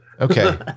Okay